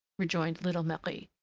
rejoined little marie.